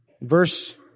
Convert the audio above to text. Verse